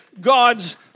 God's